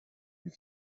you